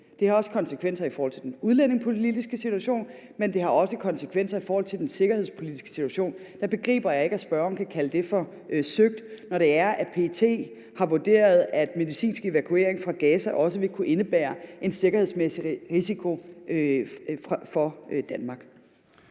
Det har konsekvenser i forhold til den udlændingepolitiske situation, men det har også konsekvenser i forhold til den sikkerhedspolitiske situation, og jeg begriber ikke, at spørgeren kan kalde det for søgt, når det er, at PET har vurderet, at medicinsk evakuering fra Gaza også vil kunne indebære en sikkerhedsmæssig risiko for Danmark.